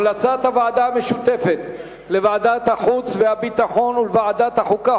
המלצת הוועדה המשותפת לוועדת החוץ והביטחון ולוועדת החוקה,